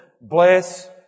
Bless